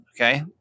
Okay